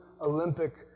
Olympic